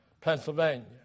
Pennsylvania